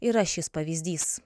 yra šis pavyzdys